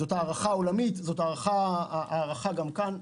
זוהי הערכה עולמית וזוהי ההערכה גם כאן.